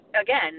again